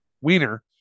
Wiener